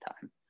time